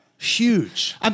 Huge